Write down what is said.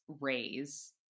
raise